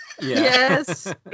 yes